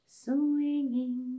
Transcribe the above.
swinging